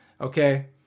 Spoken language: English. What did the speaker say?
okay